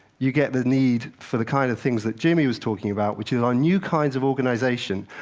you get the need for the kind of things that jimmy was talking about, which is our new kinds of organization,